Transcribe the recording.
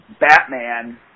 Batman